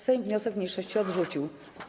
Sejm wniosek mniejszości odrzucił.